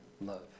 love